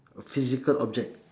a physical object